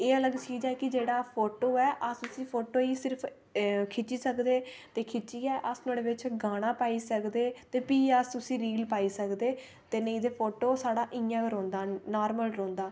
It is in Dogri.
एह् अलग चीज ऐ कि जेह्ड़ा फोटो ऐ अस उसी फोटो गी सिर्फ खिच्ची सकदे ते खिच्चियै अस ओह्दे बिच गाना पाई सकदे ते फ्ही अस उसी रील गी पाई सकदे ते नेईं ते फोटू साढ़ा इ'यां गै रौंह्दा नार्मल रौंह्दा